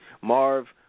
Marv